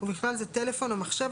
ובכלל זה טלפון או מחשב,